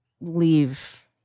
leave